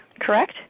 correct